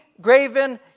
graven